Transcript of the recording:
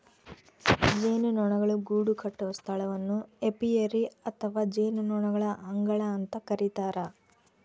ಜೇನುನೊಣಗಳು ಗೂಡುಕಟ್ಟುವ ಸ್ಥಳವನ್ನು ಏಪಿಯರಿ ಅಥವಾ ಜೇನುನೊಣಗಳ ಅಂಗಳ ಅಂತ ಕರಿತಾರ